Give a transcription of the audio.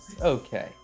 Okay